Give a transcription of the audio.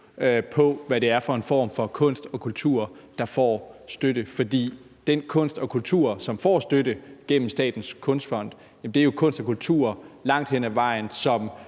på, hvad det er for en form for kunst og kultur, der får støtte. For den kunst og kultur, som får støtte gennem Statens Kunstfond, er jo kunst og kultur, som, hvad skal man